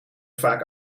vaak